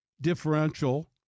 differential